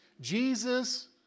Jesus